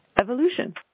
Evolution